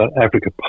Africa